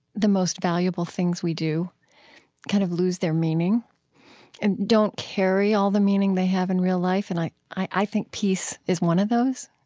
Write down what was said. the most valuable things we do kind of lose their meaning and don't carry all the meaning they have in real life. and i i think peace is one of those.